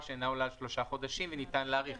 שאינה עולה על שלושה חודשים וניתן להאריך.